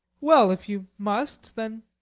well, if you must, then